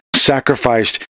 sacrificed